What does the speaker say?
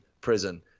prison